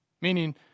Meaning